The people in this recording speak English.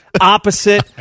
opposite